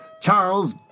Charles